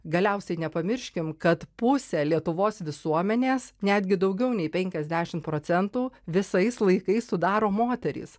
galiausiai nepamirškim kad pusė lietuvos visuomenės netgi daugiau nei penkiasdešim procentų visais laikais sudaro moterys